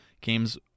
games